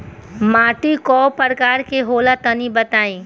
माटी कै प्रकार के होला तनि बताई?